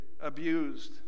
abused